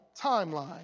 timeline